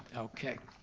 okay.